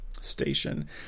station